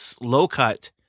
low-cut